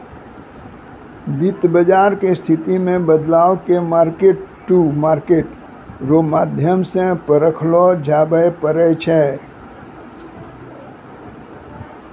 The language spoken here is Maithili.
वित्त बाजार के स्थिति मे बदलाव के मार्केट टू मार्केट रो माध्यम से परखलो जाबै पारै छै